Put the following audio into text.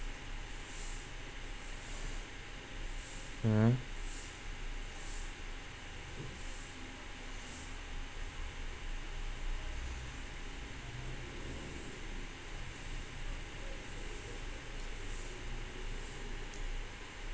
mm